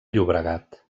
llobregat